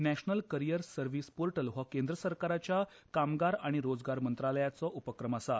national career service portal हो केंद्र सरकाराच्या कामगार आनी रोजगार मंत्रालयाचो उपक्रम आसा